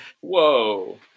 Whoa